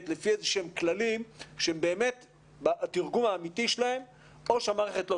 לפי איזה שהם כללים שהתרגום האמיתי שלהם הוא או שהמערכת לא